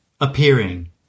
Appearing